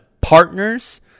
partners